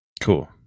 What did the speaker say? Cool